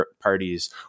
parties